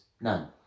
none